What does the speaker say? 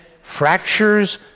fractures